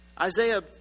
Isaiah